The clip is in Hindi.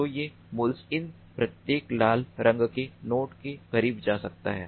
तो यह म्यूल इन प्रत्येक लाल रंग के नोड के करीब जा सकता है